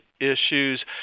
issues